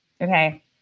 Okay